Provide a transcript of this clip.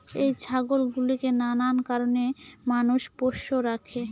এই ছাগল গুলোকে নানান কারণে মানুষ পোষ্য রাখে